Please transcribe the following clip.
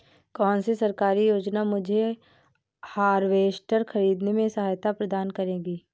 कौन सी सरकारी योजना मुझे हार्वेस्टर ख़रीदने में सहायता प्रदान करेगी?